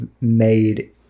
made